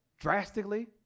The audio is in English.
drastically